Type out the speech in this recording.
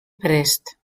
prest